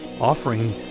offering